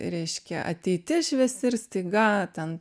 reiškia ateitis šviesi ir staiga ten